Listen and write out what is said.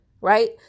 Right